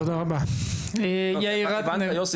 יוסי,